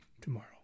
tomorrow